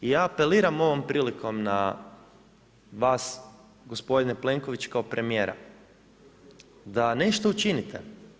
I ja apeliram ovom prilikom na vas gospodine Plenković kao premijera da nešto učinite.